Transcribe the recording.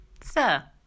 Sir